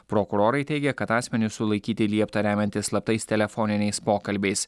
prokurorai teigia kad asmenis sulaikyti liepta remiantis slaptais telefoniniais pokalbiais